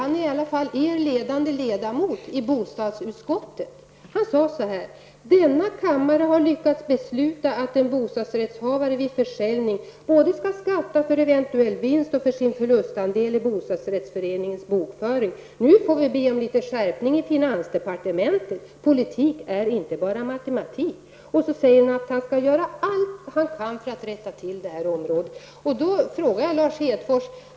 Han är i varje fall er ledande ledamot i bostadsutskottet. Han sade så här: ''Denna kammare har lyckats besluta att en bostadsrätthavare vid försäljning både skall skatta för eventuell vinst och för sin förlustandel i bostadsrättsföreningens bokföring. Nu får vi be om litet skärpning i finansdepartementet. Politik är inte bara matematik.'' Sedan säger han att han skall göra allt han kan för att medverka till en rättelse på detta område.